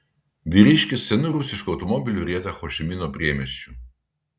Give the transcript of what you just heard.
vyriškis senu rusišku automobiliu rieda ho ši mino priemiesčiu